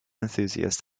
enthusiast